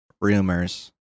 rumors